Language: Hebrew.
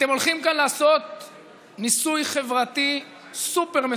אתם הולכים כאן לעשות ניסוי חברתי סופר-מסוכן,